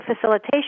facilitation